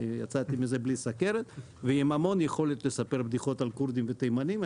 אני יצאתי מזה בלי סכרת ועם המון יכולת לספר בדיחות על כורדים ותימנים.